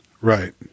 right